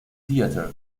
theatre